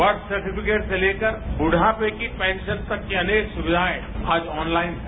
worth certificate से लेकर बुद्वापे की पेंशन तक की अनेक सक्विाएं आज ऑनलाइन हैं